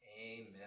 Amen